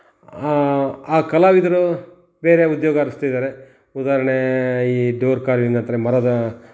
ಆ ಕಲಾವಿದರು ಬೇರೆ ಉದ್ಯೋಗ ಅರಸ್ತಿದ್ದಾರೆ ಉದಾಹರಣೆ ಈ ಡೋರ್ ಕಾರ್ವಿಂಗ್ ಅಂತಾರೆ ಮರದ